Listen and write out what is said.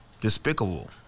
Despicable